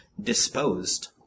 disposed